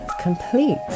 complete